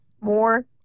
more